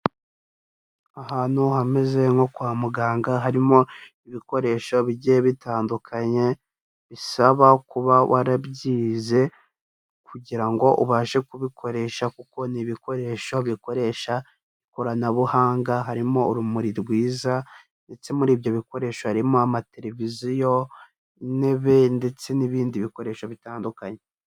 Ahantu hameze nko kwa muganga, harimo ibikoresho bigiye bitandukanye, bisaba kuba warabyize, kugira ngo ubashe kubikoresha, kuko ni ibikoresho bikoresha ikoranabuhanga, harimo urumuri rwiza, ndetse muri ibyo bikoresho harimo amateleviziyo, intebe, ndetse n'ibindi bikoresho bitandukanye.